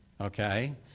Okay